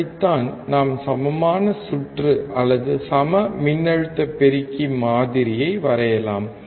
அப்படித்தான் நாம் சமமான சுற்று அல்லது சம மின்னழுத்த பெருக்கி மாதிரியை வரையலாம்